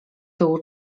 tyłu